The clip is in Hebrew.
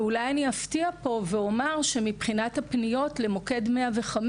אני אולי אפתיע ואומר שמבחינת הפניות למוקד 105,